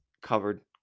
covered